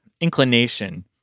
inclination